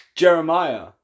Jeremiah